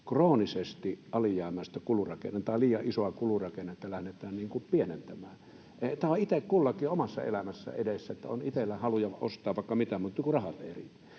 kroonisesti alijäämäistä tai liian isoa kulurakennetta lähdetään pienentämään. Tämä on itse kullakin omassa elämässä edessä, että on itsellä haluja ostaa vaikka mitä, mutta kun rahat eivät